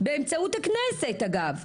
באמצעות הכנסת, אגב.